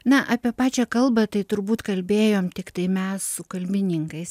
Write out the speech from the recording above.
na apie pačią kalbą tai turbūt kalbėjom tiktai mes su kalbininkais